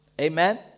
Amen